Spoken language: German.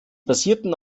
basierten